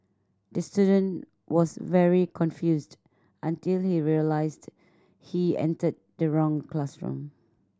the student was very confused until he realised he entered the wrong classroom